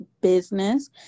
business